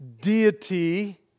deity